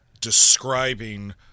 describing